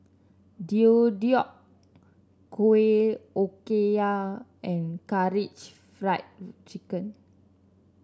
Deodeok Gui Okayu and Karaage Fried Chicken